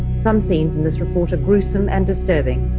some scenes in this report are gruesome and disturbing